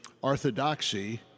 orthodoxy